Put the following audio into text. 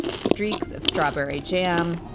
streaks of strawberry jam,